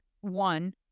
One